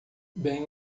bem